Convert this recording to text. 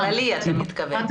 זה לא אומר שצריך עכשיו להאריך